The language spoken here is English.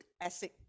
acid